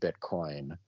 Bitcoin